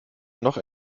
noch